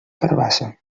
carabassa